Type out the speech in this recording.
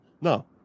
No